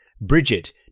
Bridget